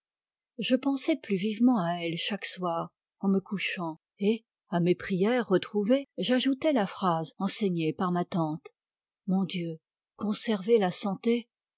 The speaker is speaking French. je pensais plus vivement à elle chaque soir en me couchant et à mes prières retrouvées j'ajoutais la phrase enseignée par ma tante mon dieu conservez la santé